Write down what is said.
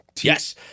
yes